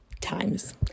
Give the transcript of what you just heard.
times